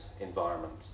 environment